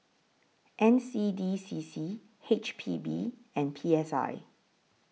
N C D C C H P B and P S I